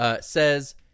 Says